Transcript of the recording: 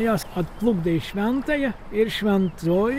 jas atplukdė į šventąją ir šventoji